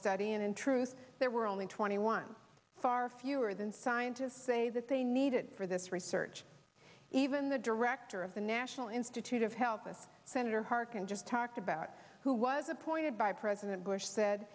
study and in truth there were only twenty one far fewer than scientists say that they needed for this research even the director of the national institute of health us senator harkin just talked about who was appointed by president bush said